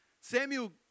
Samuel